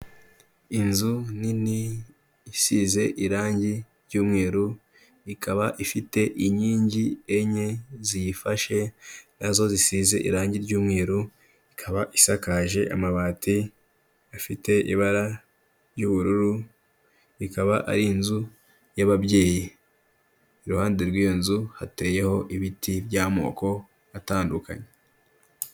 Inzu nini isize irange ry'umweru ikaba ifite inkingi enye ziyifashe nazo zisize irange ry'umweru, ikaba isakaje amabati afite ibara ry'ubururu, ikaba ari inzu y'ababyeyi. Iruhande rw'iyo nzu hateyeho ibiti by'amoko atandukanye.